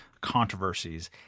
controversies